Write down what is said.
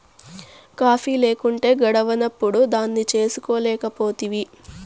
coffee లేకుంటే గడవనప్పుడు దాన్నే చేసుకోలేకపోతివి